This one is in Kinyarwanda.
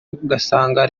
ugasanga